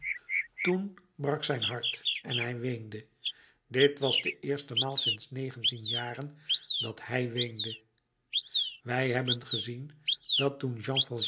toen brak zijn hart en hij weende dit was de eerste maal sinds negentien jaren dat hij weende wij hebben gezien dat toen